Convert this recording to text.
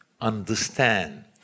understand